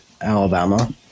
Alabama